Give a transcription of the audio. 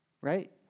Right